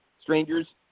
Strangers